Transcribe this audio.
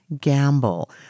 Gamble